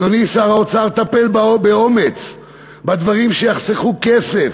אדוני שר האוצר, טפל באומץ בדברים שיחסכו כסף.